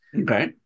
Okay